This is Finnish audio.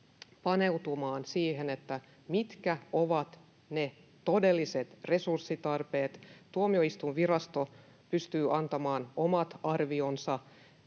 paneutumaan siihen, mitkä ovat ne todelliset resurssitarpeet. Tuomioistuinvirasto pystyy antamaan omat arvionsa,